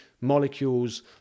molecules